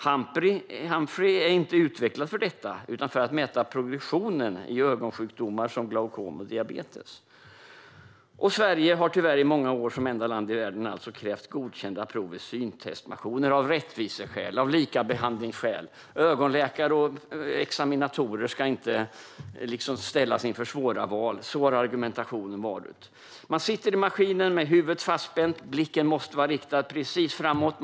Humphrey är inte utvecklad för detta utan för att mäta progressionen i ögonsjukdomar som glaukom och diabetes. Sverige har tyvärr i många år, som enda land i världen, krävt godkända prov i syntestmaskiner - av rättviseskäl och av likabehandlingsskäl. Ögonläkare och examinatorer ska liksom inte ställas inför svåra val. Så har argumentationen varit. Man sitter i maskinen med huvudet fastspänt. Blicken måste vara riktad precis framåt.